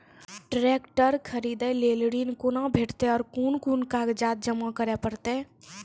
Tractor खरीदै लेल ऋण कुना भेंटते और कुन कुन कागजात जमा करै परतै?